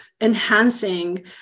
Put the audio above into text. enhancing